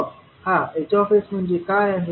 मग हा H म्हणजे काय आहे